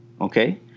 okay